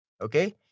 Okay